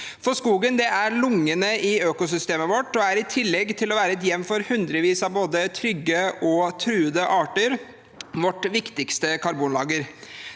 Skogen er lungene i økosystemet vårt og er, i tillegg til å være et hjem for hundrevis av både trygge og truede arter, vårt viktigste karbonlager.